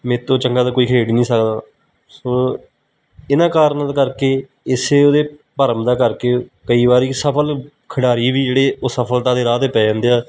ਮੇਰੇ ਤੋਂ ਚੰਗਾ ਤਾਂ ਕੋਈ ਖੇਡ ਹੀ ਨਹੀਂ ਸਕਦਾ ਸੋ ਇਹਨਾਂ ਕਾਰਣਾਂ ਦੇ ਕਰਕੇ ਇਸ ਉਹਦੇ ਭਰਮ ਦਾ ਕਰਕੇ ਕਈ ਵਾਰ ਸਫਲ ਖਿਡਾਰੀ ਵੀ ਜਿਹੜੇ ਉਹ ਅਸਫਲਤਾ ਦੇ ਰਾਹ 'ਤੇ ਪੈ ਜਾਂਦੇ ਆ